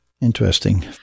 Interesting